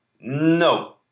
no